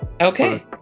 okay